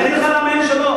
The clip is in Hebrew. אני אגיד לך למה אין שלום.